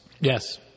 Yes